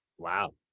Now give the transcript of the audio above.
wow